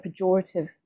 pejorative